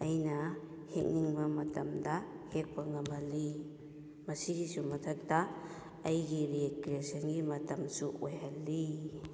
ꯑꯩꯅ ꯍꯦꯛꯅꯤꯡꯕ ꯃꯇꯝꯗ ꯍꯦꯛꯄ ꯉꯝꯍꯜꯂꯤ ꯃꯁꯤꯒꯤꯁꯨ ꯃꯊꯛꯇ ꯑꯩꯒꯤ ꯔꯤꯀ꯭ꯔꯤꯌꯦꯁꯟꯒꯤ ꯃꯇꯝꯁꯨ ꯑꯣꯏꯍꯜꯂꯤ